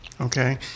Okay